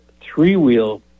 three-wheel